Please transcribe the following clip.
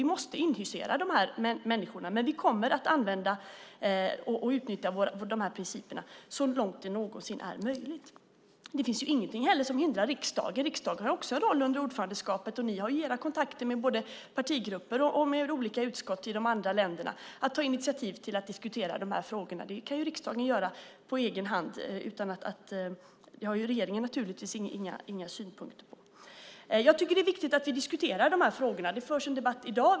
Vi måste husera de här människorna. Men vi kommer att använda de här principerna så långt det någonsin är möjligt. Det finns heller ingenting som hindrar riksdagen. Riksdagen har också en roll under ordförandeskapet. Ni har ju era kontakter med både partigrupper och olika utskott i de andra länderna och kan ta initiativ till att diskutera de här frågorna. Det kan riksdagen göra på egen hand. Det har regeringen naturligtvis inga synpunkter på. Jag tycker att det är viktigt att vi diskuterar de här frågorna. Det förs en debatt i dag.